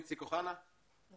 לצערי